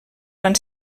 van